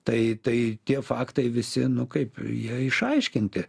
tai tai tie faktai visi nu kaip jie išaiškinti